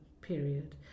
period